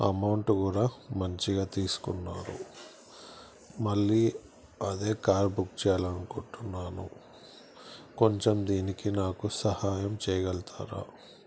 amount కూడా మంచిగా తీసుకున్నారు మళ్ళీ అదే కార్ బుక్ చేయాలి అనుకుంటున్నాను కొంచెం దీనికి నాకు సహాయం చేయగలుగుతారా